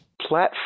Platform